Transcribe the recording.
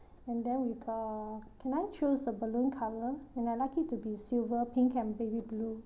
and then with uh can I choose the balloon colour and I'd like it to be silver pink and baby blue